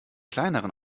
kleineren